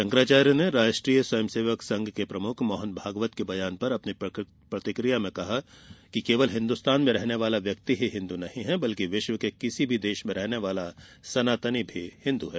शंकराचार्य ने राष्ट्रीय स्वयंसेवक संघ के प्रमुख मोहन भागवत के बयान पर अपनी प्रतिक्रिया में कहा कि केवल हिंदुस्तान में रहने वाला व्यक्ति ही हिन्दू नहीं है विश्व के किसी भी देश में रहने वाला सनातनी भी हिन्दू है